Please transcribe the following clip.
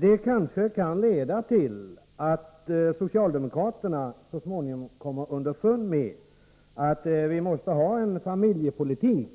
Det kanske kan leda till att socialdemokraterna så småningom kommer underfund med att vi måste ha en familjepolitik